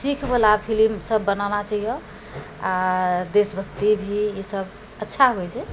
सीखवला फिलिमसब बनाना चाहिअऽ आओर देशभक्ति भी ईसब अच्छा होइ छै